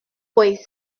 oes